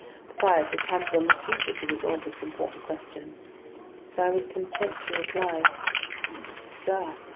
besides, i counted on the future to resolve this important question. so i was content to reply sir,